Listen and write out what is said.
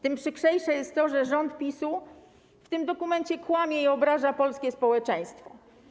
Tym przykrzejsze jest to, że rząd PiS-u w tym dokumencie kłamie i obraża polskie społeczeństwo.